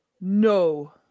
No